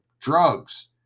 drugs